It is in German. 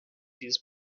dieses